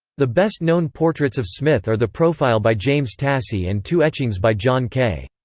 the best-known portraits of smith are the profile by james tassie and two etchings by john kay.